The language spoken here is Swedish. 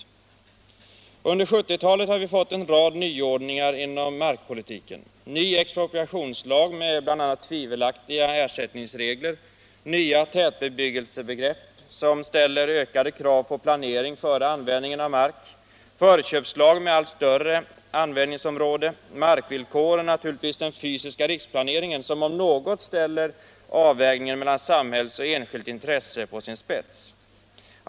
Under 1970-talet har vi fått en rad nyordningar inom markpolitiken, t.ex. ny expropriationslag med bl.a. tvivelaktiga ersättningsregler, nya tätbebyggelsebegrepp som ställer ökade krav på planering före användningen av mark, förköpslag med allt större användningsområde, markvillkor och naturligtvis den fysiska riksplaneringen, som om något ställer avvägningen mellan samhällsintresse och enskilt intresse på sin spets.